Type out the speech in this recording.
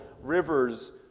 rivers